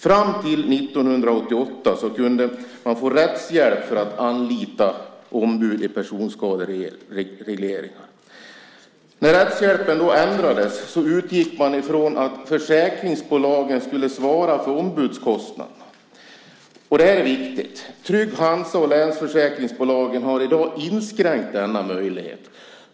Fram till år 1988 kunde man få rättshjälp för att anlita ombud i personskaderegleringar. När rättshjälpen ändrades utgick man från att försäkringsbolagen skulle svara för ombudskostnaderna. Det här är viktigt. Trygg Hansa och Länsförsäkringsbolagen har i dag inskränkt denna möjlighet.